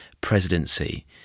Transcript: presidency